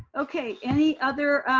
okay, any other?